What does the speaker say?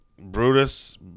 Brutus